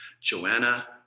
Joanna